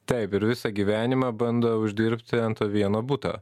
taip ir visą gyvenimą bando uždirbti ant vieno buto